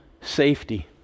safety